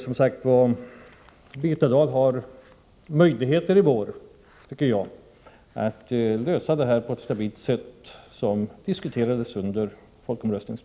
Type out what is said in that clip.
Som sagt: Birgitta Dahl har möjligheter i vår, tycker jag, att lösa problemet på ett stabilt sätt, så som diskuterades under tiden närmast före folkomröstningen.